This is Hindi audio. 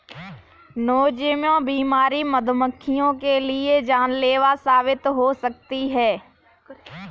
नोज़ेमा बीमारी मधुमक्खियों के लिए जानलेवा साबित हो सकती है